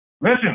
listen